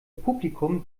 publikum